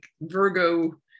virgo